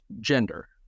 gender